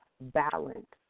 balance